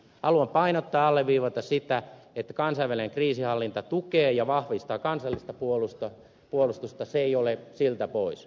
haluan painottaa alleviivata sitä että kansainvälinen kriisinhallinta tukee ja vahvistaa kansallista puolustusta se ei ole siltä pois